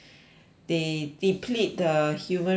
they deplete the human race